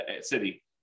city